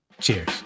Cheers